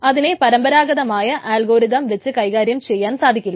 അതിനെ പരമ്പരാഗതമായ അൽഗോരിതം വെച്ച് കൈകാര്യം ചെയ്യാൻ സാധിക്കില്ല